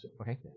Okay